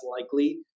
likely